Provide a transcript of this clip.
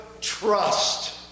trust